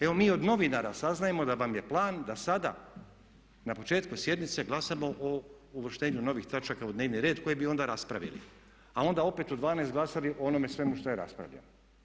Evo mi od novinara saznajemo da vam je plan da sada na početku sjednice glasamo o uvrštenju novih točaka u dnevni red koje bi onda raspravili, a onda opet u 12,00 glasali o onome svemu što je raspravljeno.